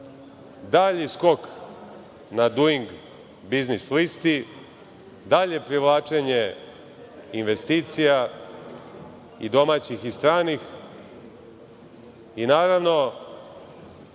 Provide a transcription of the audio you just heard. dalji skok na doing business listi, dalje privlačenje investicija, i domaćih i stranih, i naravno,